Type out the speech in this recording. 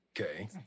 okay